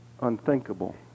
unthinkable